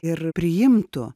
ir priimtų